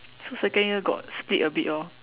so second year got split a bit orh